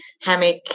hammock